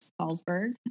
Salzburg